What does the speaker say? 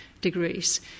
degrees